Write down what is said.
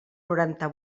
noranta